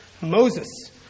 Moses